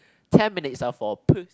ten minutes are for puss